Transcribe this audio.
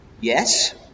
yes